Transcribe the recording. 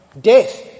Death